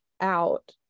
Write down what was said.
out